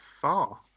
far